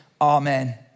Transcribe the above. Amen